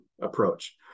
approach